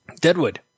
Deadwood